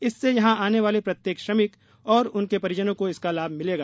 इससे यहां आने वाले प्रत्येक श्रमिक और उनके परिजनों को इसका लाभ मिलेगा